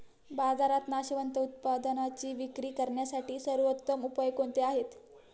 बाजारात नाशवंत उत्पादनांची विक्री करण्यासाठी सर्वोत्तम उपाय कोणते आहेत?